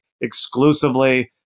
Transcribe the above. exclusively